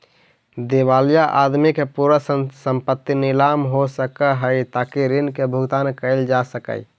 दिवालिया आदमी के पूरा संपत्ति नीलाम हो सकऽ हई ताकि ऋण के भुगतान कैल जा सकई